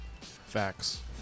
Facts